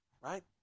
right